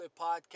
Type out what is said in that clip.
Podcast